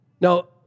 Now